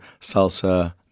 salsa